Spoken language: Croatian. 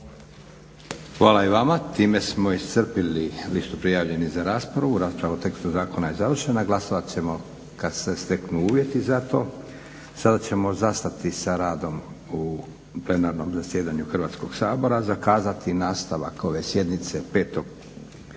Hvala i vama. Time smo iscrpili listu prijavljenih za raspravu. Raspravu o tekstu zakona je završena. Glasovat ćemo kad se steknu uvjeti za to. Sada ćemo zastati sa radom u plenarnom zasjedanju Hrvatskog sabora, zakazati nastavak ove sjednice 5. lipnja